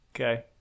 Okay